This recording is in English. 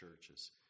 churches